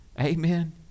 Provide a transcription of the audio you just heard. Amen